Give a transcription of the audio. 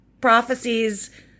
prophecies